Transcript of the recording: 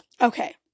okay